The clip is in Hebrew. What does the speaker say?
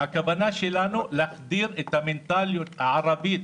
הכוונה שלנו להחדיר את המנטליות הערבית